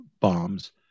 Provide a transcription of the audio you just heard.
bombs